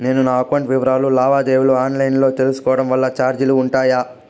నేను నా అకౌంట్ వివరాలు లావాదేవీలు ఆన్ లైను లో తీసుకోవడం వల్ల చార్జీలు ఉంటాయా?